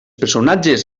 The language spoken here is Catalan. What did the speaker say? personatges